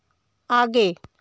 आगे